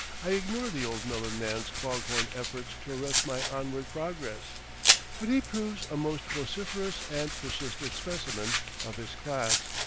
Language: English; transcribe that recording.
i ignore the old melon-man's foghorn efforts to arrest my onward progress but he proves a most vociferous and persistent specimen of his class.